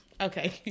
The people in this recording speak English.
Okay